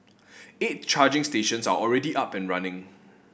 eight charging stations are already up and running